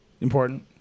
important